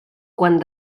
quan